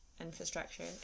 infrastructure